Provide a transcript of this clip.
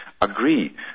agree